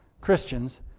Christians